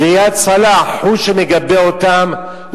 ראאד סלאח הוא שמגבה אותם,